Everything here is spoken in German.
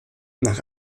nach